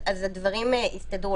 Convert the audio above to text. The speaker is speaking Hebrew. אז הדברים הסתדרו,